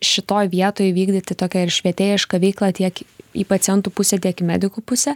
šitoj vietoj vykdyti tokią ir švietėjišką veiklą tiek į pacientų pusę tiek į medikų pusę